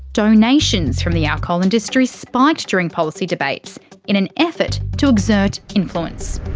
donations from the alcohol industry spiked during policy debates in an effort to exert influence.